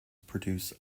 produce